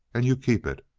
and you'll keep it.